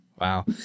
wow